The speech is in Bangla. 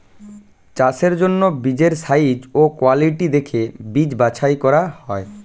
চাষের জন্য বীজের সাইজ ও কোয়ালিটি দেখে বীজ বাছাই করা হয়